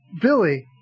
Billy